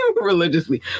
religiously